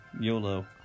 Yolo